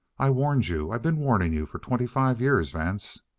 i've warned you. i've been warning you for twenty-five years, vance.